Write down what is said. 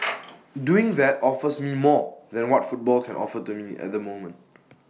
doing that offers me more than what football can offer to me at the moment